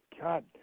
God